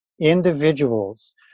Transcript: individuals